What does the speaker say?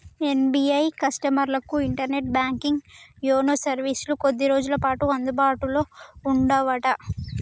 SBI కస్టమర్లకు internet banking YONO సర్వీసులు కొద్ది రోజులపాటు అందుబాటులో ఉండవట